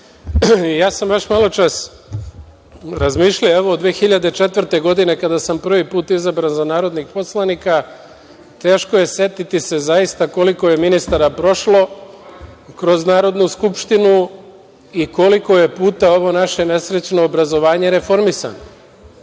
sam baš maločas razmišljao, evo od 2004. godine kada smo prvi put izabran za narodnog poslanika, teško je setiti se zaista koliko je ministara prošlo kroz Narodnu skupštinu i koliko je puta ovo naše nesrećno obrazovanje reformisano.